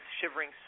shivering